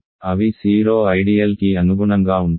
అవి 0 ఐడియల్ కి అనుగుణంగా ఉంటాయి